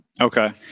Okay